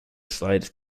slates